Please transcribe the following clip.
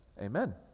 Amen